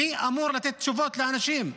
מי אמור לתת תשובות לאנשים?